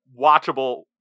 watchable